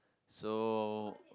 so